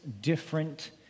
different